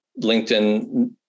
LinkedIn